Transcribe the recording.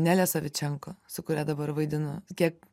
nelė savičenko su kuria dabar vaidinu kiek